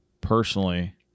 personally